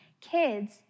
Kids